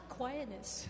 quietness